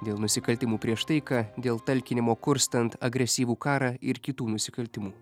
dėl nusikaltimų prieš taiką dėl talkinimo kurstant agresyvų karą ir kitų nusikaltimų